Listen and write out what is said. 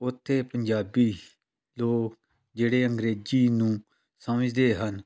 ਉੱਥੇ ਪੰਜਾਬੀ ਲੋਕ ਜਿਹੜੇ ਅੰਗਰੇਜ਼ੀ ਨੂੰ ਸਮਝਦੇ ਹਨ